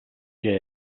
que